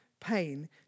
pain